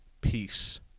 Peace